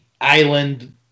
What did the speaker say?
island